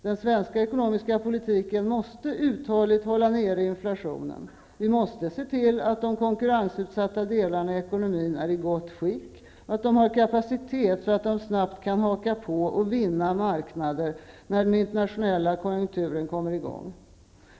Den svenska ekonomiska politiken måste uthålligt hålla nere inflationen, vi måste se till att de konkurrensutsatta delarna av ekonomin är i gott skick och har kapacitet så att de snabbt kan haka på och vinna marknader när den internationella konjunkturen kommer i gång.